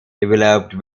developed